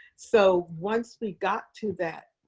so once we got to that